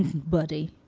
buddy